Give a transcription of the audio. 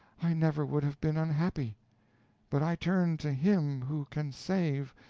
i never would have been unhappy but i turn to him who can save,